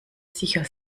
sicher